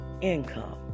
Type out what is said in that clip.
income